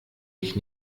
ich